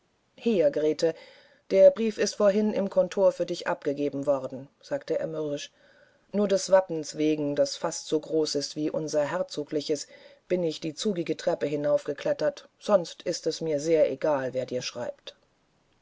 hier grete der brief ist vorhin im kontor für dich abgegeben worden sagte er mürrisch nur des wappens wegen das fast so groß ist wie unser herzogliches bin ich die zugige treppe heraufgeklettert sonst ist es mir sehr egal wer dir schreibt